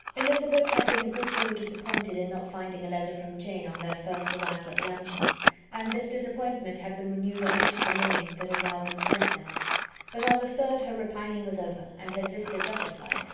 elizabeth had been a good deal disappointed in not finding a letter from jane on their first arrival at lambton and this disappointment had been renewed on each of the mornings that had now been spent there but on the third her repining was over, and her sister justified,